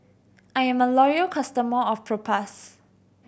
I'm a loyal customer of Propass